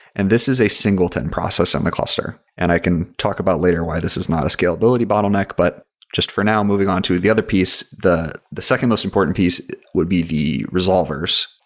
and this is a singleton process on the cluster. and i can talk about later why this is not a scalability bottleneck, but just for now, moving on to the other piece, the the second most important piece would be the resolvers.